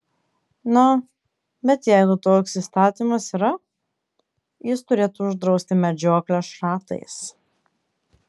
na bet jeigu toks įstatymas yra jis turėtų uždrausti medžioklę šratais